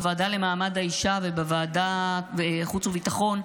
בוועדה למעמד האישה ובוועדת חוץ וביטחון,